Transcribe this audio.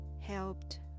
helped